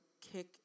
kick